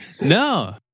no